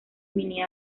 mini